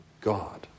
God